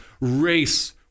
race